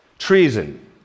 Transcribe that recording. Treason